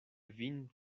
vin